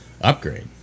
upgrade